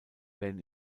werden